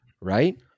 right